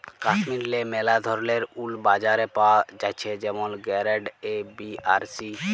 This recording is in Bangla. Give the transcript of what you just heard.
কাশ্মীরেল্লে ম্যালা ধরলের উল বাজারে পাওয়া জ্যাছে যেমল গেরেড এ, বি আর সি